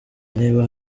niba